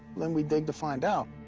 then we dig to find out.